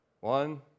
One